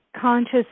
conscious